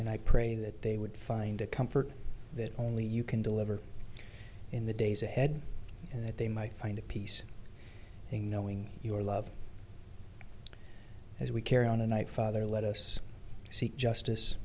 and i pray that they would find a comfort that only you can deliver in the days ahead and that they might find peace in knowing your love as we carry on a night father let us seek justice